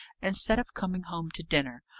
instead of coming home to dinner.